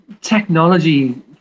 technology